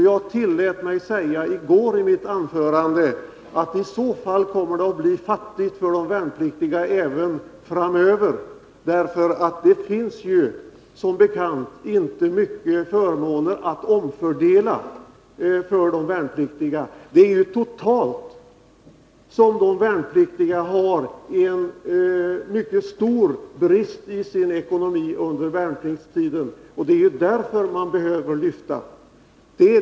I mitt anförande i går tillät jag mig säga att i så fall kommer det att bli fattigt för de värnpliktiga även framöver — det finns ju som bekant inte mycket förmåner att omfördela för de värnpliktiga. Totalt har de värnpliktiga en mycket stor brist i sin ekonomi under värnpliktstiden, och det är därför man behöver lyfta förmånerna.